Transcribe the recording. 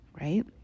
right